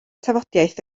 tafodiaith